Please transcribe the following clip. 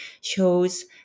shows